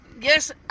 yes